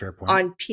on